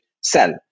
sell